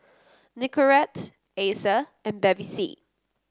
Nicorette Acer and Bevy C